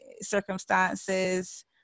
circumstances